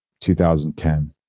2010